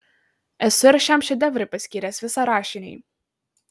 esu ir šiam šedevrui paskyręs visą rašinį